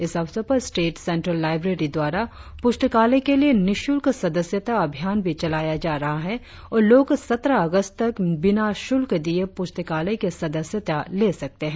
इस अवसर पर स्टेट सेंट्रल लाईब्रेरी द्वारा पुस्तकालय के लिए निशुल्क सदस्यता अभियान भी चलाया जा रहा है और लोग सत्रह अगस्त तक बिना शुल्क दिए पुस्तकालय की सदस्यता ले सकते है